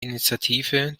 initiative